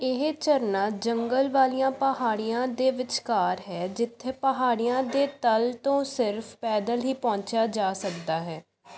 ਇਹ ਝਰਨਾ ਜੰਗਲ ਵਾਲੀਆਂ ਪਹਾੜੀਆਂ ਦੇ ਵਿਚਕਾਰ ਹੈ ਜਿੱਥੇ ਪਹਾੜੀਆਂ ਦੇ ਤਲ ਤੋਂ ਸਿਰਫ ਪੈਦਲ ਹੀ ਪਹੁੰਚਿਆ ਜਾ ਸਕਦਾ ਹੈ